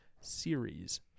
series